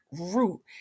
root